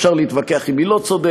אפשר להתווכח אם היא לא צודקת,